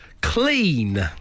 Clean